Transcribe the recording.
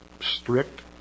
strict